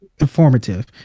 informative